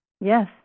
Yes